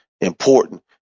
important